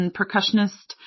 percussionist